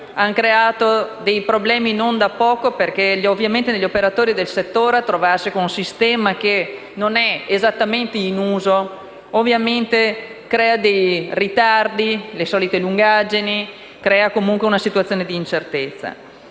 ha creato dei problemi non da poco, perché ovviamente per gli operatori del settore, trovarsi con un sistema che non è esattamente in uso crea ritardi, le solite lungaggini e comunque una situazione di incertezza.